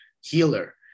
healer